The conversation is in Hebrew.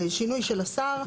שינוי של השר.